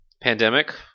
pandemic